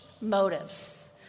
motives